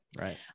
Right